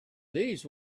these